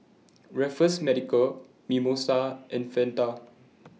Raffles Medical Mimosa and Fanta